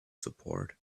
support